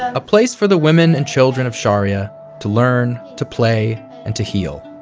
a place for the women and children of sharya to learn, to play and to heal.